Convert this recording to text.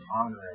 honoring